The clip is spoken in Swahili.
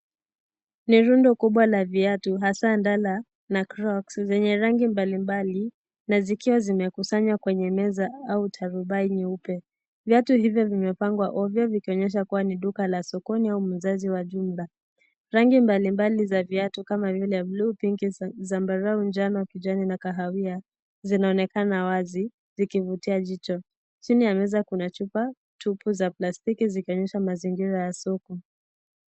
Ni rundo kubwa la viatu hasa ndala na crocs zenye rangi mbalimbali na zikiwa zimekusanywa kwenye meza au tarubai nyeupe. Viatu hivyo vimepangwa ovyo vikionyesha kuwa ni duka la sokoni au muuzaji wa jumla. Rangi mbalimbali za viatu kama vile bluu , pinki, zambarau, njano, kijani na kahawia zinaonekana wazi zikivutia jicho. Chini ya meza kuna chupa tupu za plastiki zikionyesha mazingira ya soko.